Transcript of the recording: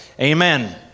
Amen